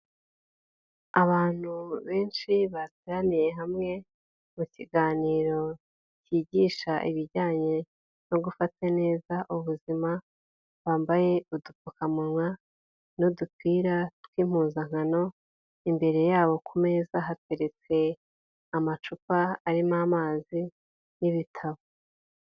Abantu benshi bateraniye hamwe mu kiganiro kigisha ibijyanye no gufata neza ubuzima, bambaye udupfukamunwa n'udupira tw'impuzankano, imbere yabo ku meza hateretse amacupa arimo amazi n'ibitabo.